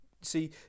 See